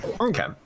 Okay